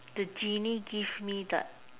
the genie give me the